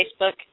Facebook